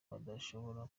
badashobora